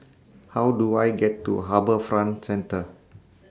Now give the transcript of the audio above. How Do I get to HarbourFront Centre